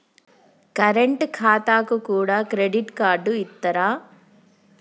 Current ఖాతాకు కూడా credit card ఇత్తరా?